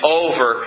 over